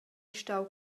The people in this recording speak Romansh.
stau